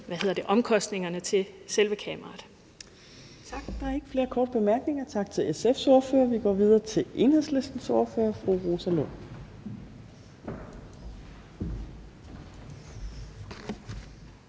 14:53 Fjerde næstformand (Trine Torp): Tak. Der er ikke flere korte bemærkninger. Tak til SF's ordfører. Vi går videre til Enhedslistens ordfører, fru Rosa Lund.